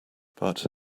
but